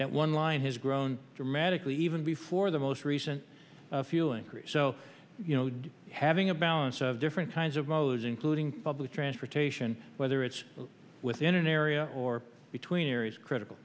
that one line has grown dramatically even before the most recent feeling so having a balance of different kinds of modes including public transportation whether it's within an area or between areas critical